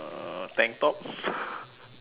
uh tank tops